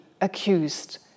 accused